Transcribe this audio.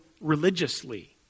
religiously